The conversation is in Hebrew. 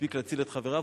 הספיק להציל את חבריו.